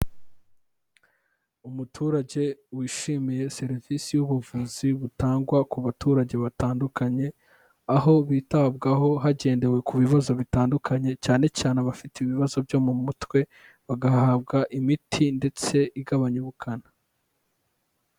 Umuturage wishimiye serivisi y'ubuvuzi butangwa ku baturage batandukanye, aho bitabwaho hagendewe ku bibazo bitandukanye cyane cyane abafite ibibazo byo mu mutwe, bagahabwa imiti ndetse igabanya ubukana.